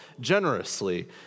generously